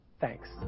Thanks